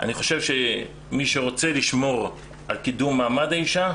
אני חושב שמי שרוצה לשמור על קידום מעמד האישה,